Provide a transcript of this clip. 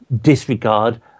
disregard